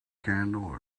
candle